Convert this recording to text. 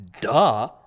Duh